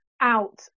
out